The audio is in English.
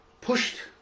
pushed